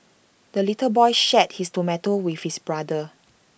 the little boy shared his tomato with his brother